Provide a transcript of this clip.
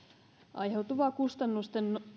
aiheutuvaa kustannusten